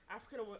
African